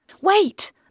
Wait